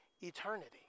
eternity